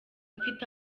mfite